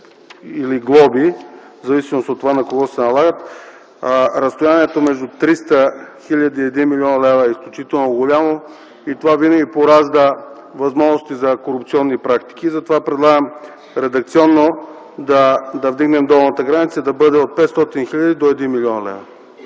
или глоби, в зависимост от това на кого се налагат, разстоянието между 300 000 и 1 млн. лв. е изключително голямо. Това винаги поражда възможности за корупционни практики. Затова предлагам редакционно – да вдигнем долната граница и да бъде: „от 500 000 до 1 млн. лв.”